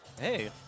Hey